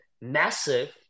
massive